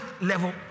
level